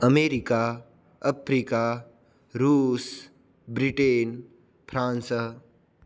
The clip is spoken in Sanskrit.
अमेरिका अप्रिका रूस् ब्रिटेन् फ़्रान्स्